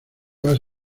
vas